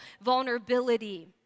vulnerability